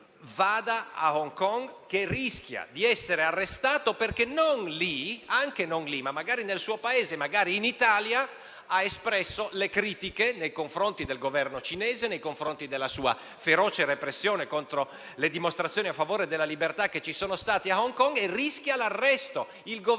rechi a Hong Kong, che rischia di essere arrestato perché, magari non lì, magari nel suo Paese, magari in Italia, ha espresso critiche nei confronti del Governo cinese, nei confronti della sua feroce repressione contro le dimostrazioni a favore della libertà che ci sono state a Hong Kong. Il Governo